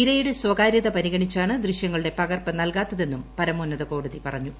ഇരയുടെ സ്വകാര്യത പരിഗണിച്ചാണ് ദൃശ്യങ്ങളുടെ പകർപ്പ് നൽകാത്തതെന്നും പരമോന്നത കോടതി പറഞ്ഞു